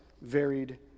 varied